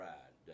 Ride